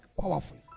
powerfully